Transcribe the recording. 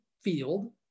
field